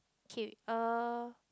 okay err